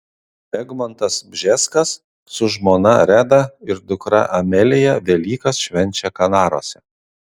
egmontas bžeskas su žmona reda ir dukra amelija velykas švenčia kanaruose